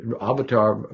avatar